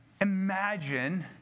imagine